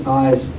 eyes